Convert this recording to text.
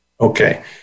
okay